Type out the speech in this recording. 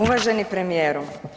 Uvaženi premijeru.